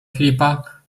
filipa